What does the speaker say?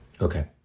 Okay